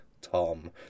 Tom